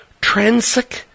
Transic